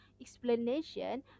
explanation